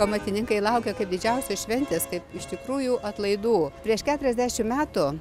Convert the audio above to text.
amatininkai laukia kad didžiausios šventės taip iš tikrųjų atlaidų prieš keturiasdešimt metų